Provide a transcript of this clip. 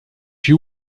you